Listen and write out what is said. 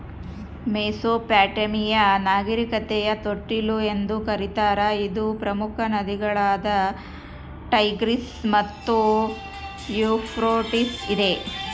Mesopotamia ನಾಗರಿಕತೆಯ ತೊಟ್ಟಿಲು ಎಂದು ಕರೀತಾರ ಇದು ಪ್ರಮುಖ ನದಿಗಳಾದ ಟೈಗ್ರಿಸ್ ಮತ್ತು ಯೂಫ್ರಟಿಸ್ ಇದೆ